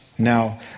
Now